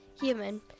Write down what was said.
human